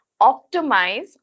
optimize